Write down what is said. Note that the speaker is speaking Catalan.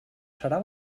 serà